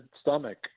stomach